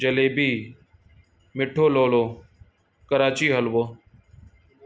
जलेबी मिठो लोलो कराची हलवो